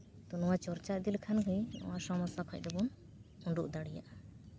ᱱᱚᱣᱟ ᱪᱚᱨᱪᱟ ᱤᱫᱤ ᱞᱮᱠᱷᱟᱱ ᱜᱮ ᱱᱚᱣᱟ ᱥᱚᱢᱚᱥᱥᱟ ᱠᱷᱚᱡ ᱫᱚᱵᱚᱱ ᱩᱰᱩᱜ ᱫᱟᱲᱮᱭᱟᱜᱼᱟ